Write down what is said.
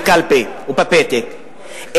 בקלפי ובפתק,